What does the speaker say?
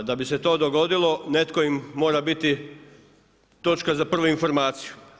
Da bi se to dogodilo, netko im mora biti točka za prvu informaciju.